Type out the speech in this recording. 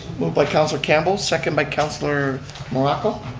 by councilor campbell, second by councilor morocco.